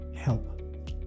help